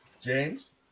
James